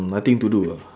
mm nothing to do ah